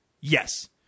Yes